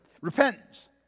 repentance